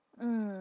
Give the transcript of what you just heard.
mm